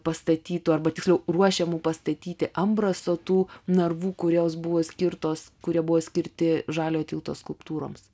pastatytų arba tiksliau ruošiamų pastatyti ambraso tų narvų kurios buvo skirtos kurie buvo skirti žaliojo tilto skulptūroms